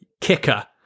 kicker